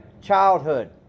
childhood